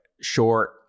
short